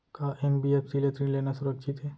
का एन.बी.एफ.सी ले ऋण लेना सुरक्षित हे?